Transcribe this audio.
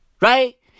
right